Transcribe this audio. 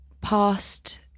past